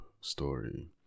story